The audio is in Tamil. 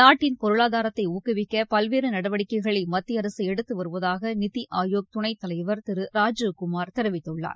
நாட்டின் பொருளாதாரத்தை ஊக்குவிக்க பல்வேறு நடவடிக்கைகளை மத்திய எடுத்துவருவதாக நித்தி ஆயோக் துணைத்தலைவர் திரு ராஜீவ்குமார் தெரிவித்துள்ளார்